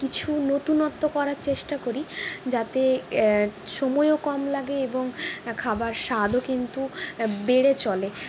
কিছু নতুনত্ব করার চেষ্টা করি যাতে সময়ও কম লাগে এবং খাবার স্বাদও কিন্তু বেড়ে চলে